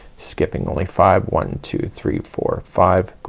skipping only five one, two, three, four, five,